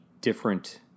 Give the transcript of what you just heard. different